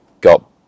got